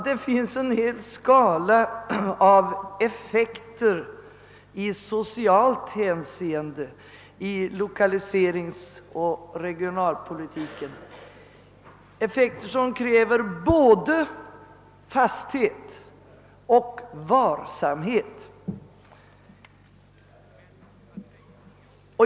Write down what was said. Det finns en hel skala av effekter i socialt hänseende av lokaliseringsoch regionalpolitiken, effekter som kräver både fasthet och varsamhet.